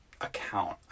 account